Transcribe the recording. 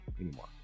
anymore